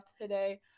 today